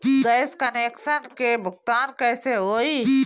Gas connection के भुगतान कैसे होइ?